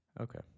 Okay